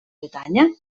bretanya